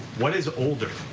what is older?